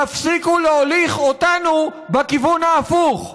תפסיקו להוליך אותנו בכיוון ההפוך.